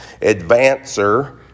advancer